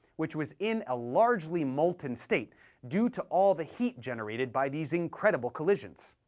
which was in a largely molten state due to all the heat generated by these incredible collisions.